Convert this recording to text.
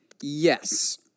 Yes